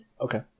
Okay